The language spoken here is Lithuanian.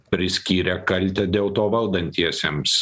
priskyrė kaltę dėl to valdantiesiems